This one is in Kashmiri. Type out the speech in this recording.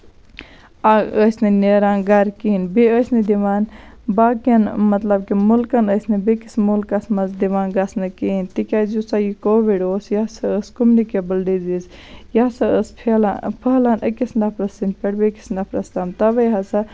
اکھ ٲسۍ نہٕ نیران گرِ کِہیٖنۍ بیٚیہِ ٲسۍ نہٕ دِوان باقین مطلب کہِ مُلکَن ٲسۍ نہٕ بیٚکِس مُلکَس منٛز دِوان گژھنہٕ کِہیٖنۍ تِکیازِ یُس سا یہِ کووِڈ اوس یہِ سا ٲسۍ کوٚمنِکیبٕل ڈِزیٖز یہِ سا ٲسۍ پھیلان پھٔہلان أکِس نِفرٕ سٕنٛدۍ پٮ۪ٹھ بیٚکِس نَفرَس تام تَوے ہسا